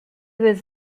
was